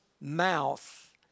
mouth